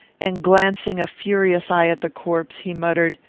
and, glancing a furious eye at the corpse, he muttered,